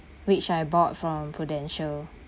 which I bought from Prudential